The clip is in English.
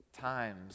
times